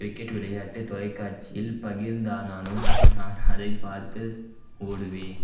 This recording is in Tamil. கிரிக்கெட் விளையாட்டு தொலைக்காட்சியில் பகிர்ந்தாலும் நான் அதைப் பார்க்க ஓடுவேன்